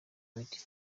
lady